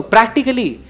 Practically